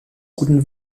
guten